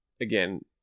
Again